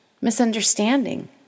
misunderstanding